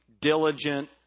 diligent